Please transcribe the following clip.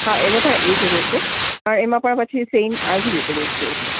હા એનો પણ એજ રહેશે પણ એમાં પણ પછી સેમ આજ રીતે રહેશે